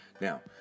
Now